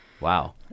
Wow